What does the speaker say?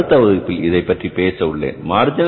எனவே எனது அடுத்த வகுப்பில் இதைப்பற்றி பேச உள்ளேன்